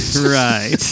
Right